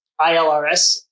ILRS